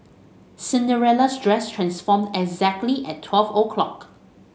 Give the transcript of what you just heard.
Cinderella's dress transformed exactly at twelve o' clock